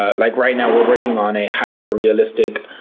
ah like right now we're working on a hyper realistic,